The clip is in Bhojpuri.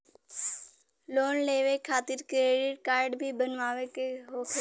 लोन लेवे खातिर क्रेडिट काडे भी बनवावे के होला?